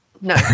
no